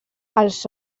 els